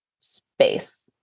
space